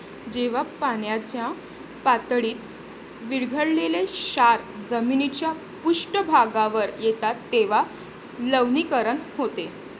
जेव्हा पाण्याच्या पातळीत विरघळलेले क्षार जमिनीच्या पृष्ठभागावर येतात तेव्हा लवणीकरण होते